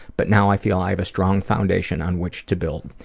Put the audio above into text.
but now i feel i have a strong foundation on which to build.